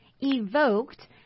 evoked